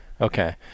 Okay